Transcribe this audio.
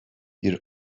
bir